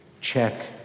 check